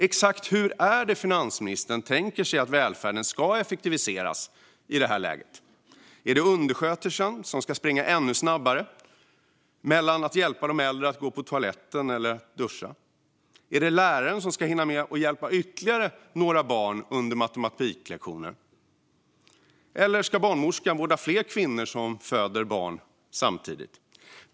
Exakt hur tänker sig finansministern att välfärden ska effektiviseras i det här läget? Ska undersköterskan springa ännu snabbare för att hjälpa de äldre att gå på toaletten eller duscha? Ska läraren hinna med att hjälpa ytterligare några barn under matematiklektionen? Eller ska barnmorskan vårda fler kvinnor som föder barn samtidigt?